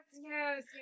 yes